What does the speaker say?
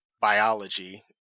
biology